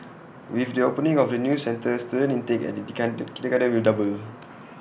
with the opening of the new centre student intake at the kindergarten will double